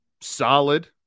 solid